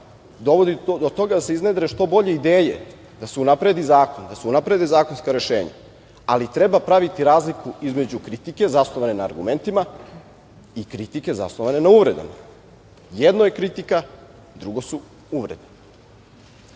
dovodi do toga da se iznedre što bolje ideje, da se unapredi zakon, da se unaprede zakonska rešenja, ali treba praviti razliku između kritike zasnovane na argumentima i kritike zasnovane na uvredama. Jedno je kritika, drugo su uvrede. Ispred